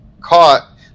caught